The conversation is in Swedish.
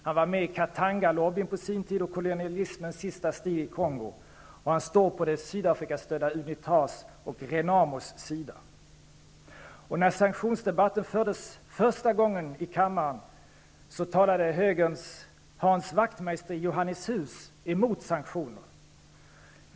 Han var med i Katanga-lobbyn och i kolonialismens sista strid i Kongo, och han står på de Sydafrikastödda När sanktionsdebatten fördes i kammaren för första gången talade högerns Hans Wachtmeister i Johannishus emot sanktioner.